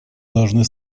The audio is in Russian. должны